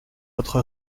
autre